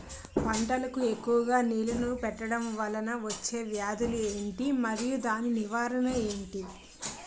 పంటలకు ఎక్కువుగా నీళ్లను పెట్టడం వలన వచ్చే వ్యాధులు ఏంటి? మరియు దాని నివారణ ఏంటి?